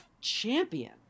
champion